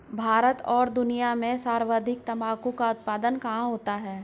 भारत और दुनिया भर में सर्वाधिक तंबाकू का उत्पादन कहां होता है?